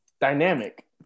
dynamic